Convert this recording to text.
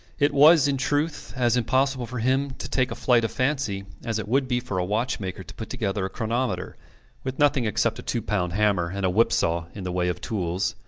it was, in truth, as impossible for him to take a flight of fancy as it would be for a watchmaker to put together a chronometer with nothing except a two-pound hammer and a whip-saw in the way of tools.